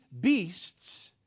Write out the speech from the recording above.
beasts